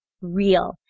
real